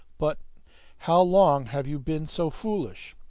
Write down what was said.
but how long have you been so foolish?